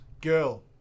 girl